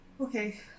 Okay